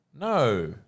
No